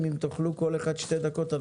אם תוכלו כל אחד שתי דקות,